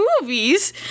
movies